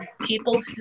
people